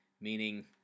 meaning